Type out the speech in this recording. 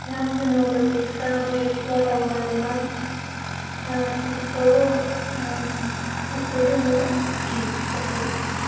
राम्रो नजर देख्छ अब यो वातावरणमा र त्यस्तो त्यस्तो चाहिँ म खिच्दछु